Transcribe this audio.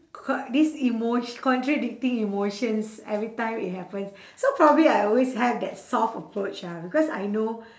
qui~ this emotio~ contradicting emotions every time it happens so probably I always have that soft approach ah because I know